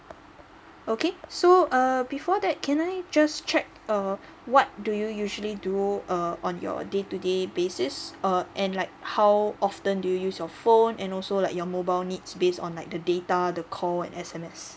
okay so uh before that can I just check uh what do you usually do uh on your day to day basis uh and like how often do you use your phone and also like your mobile needs base on like the data the call and S_M_S